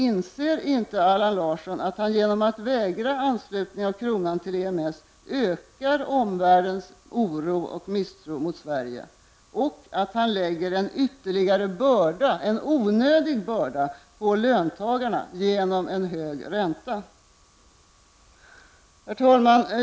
Inser inte Allan Larsson att han genom att vägra anslutning av kronan till EMS ökar omvärldens oro och misstro mot Sverige? Inser han inte att han lägger en ytterligare börda, en onödig börda, på löntagarna genom för hög ränta? Herr talman!